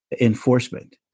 Enforcement